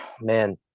man